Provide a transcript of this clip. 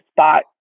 spot